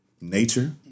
nature